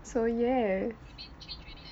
so yeah